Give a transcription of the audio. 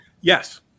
yes